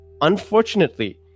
unfortunately